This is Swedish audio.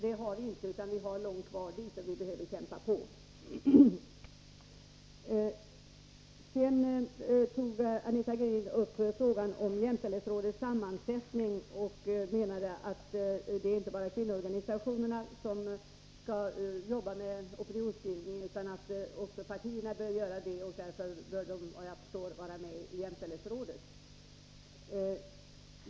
Det har vi inte, utan vi har långt dit, och vi behöver kämpa på. Sedan tog Anita Gradin upp frågan om jämställdhetsrådets sammansättning och menade att det inte bara är kvinnoorganisationerna som skall jobba med opinionsbildning utan att också de politiska partierna bör göra det och därför, såvitt jag förstår, bör vara med i jämställdhetsrådet.